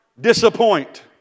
disappoint